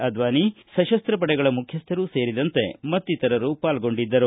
ಅಡ್ವಾನಿ ಸಶಸ್ತ ಪಡೆಗಳ ಮುಖ್ಯಸ್ಥರು ಸೇರಿದಂತೆ ಮತ್ತಿತರರು ಪಾಲ್ಗೊಂಡಿದ್ದರು